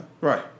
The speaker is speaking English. Right